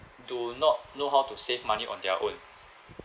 do not know how to save money on their own